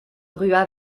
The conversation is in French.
rua